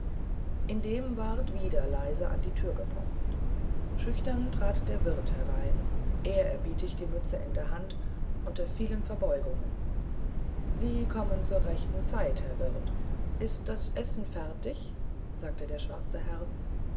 indem ward wieder leise an die tür gepocht schüchtern trat der wirt herein ehrerbietig die mütze in der hand unter vielen verbeugungen sie kommen zu rechter zeit herr wirt ist das essen fertig sagte der schwarze herr